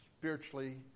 spiritually